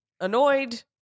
annoyed